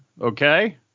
Okay